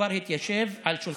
כבר התיישב על שולחן הממשלה.